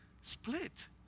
split